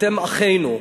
אתם אחינו.